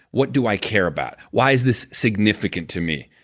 what do i care about? why is this significant to me,